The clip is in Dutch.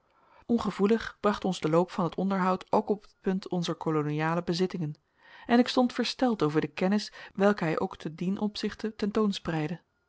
ongevoelig bracht ons de loop van het onderhoud ook op het punt onzer koloniale bezittingen en ik stond versteld over de kennis welke hij ook te dien opzichte